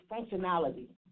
functionality